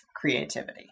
creativity